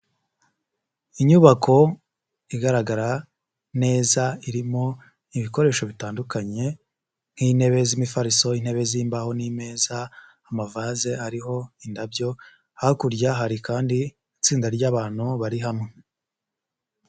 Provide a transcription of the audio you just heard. Inyubako igaragara neza irimo ibikoresho bitandukanye nk'intebe z'imifariso, intebe z'imbaho n'imeza, amavaze ariho indabyo, hakurya hari kandi itsinda ry'abantu bari hamwe.